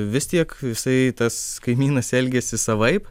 vis tiek jisai tas kaimynas elgiasi savaip